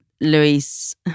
Luis